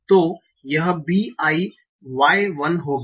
तो यह b i y 1 होगी